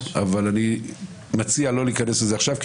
אבל אני מציע לא להיכנס לזה עכשיו,